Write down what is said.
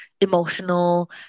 emotional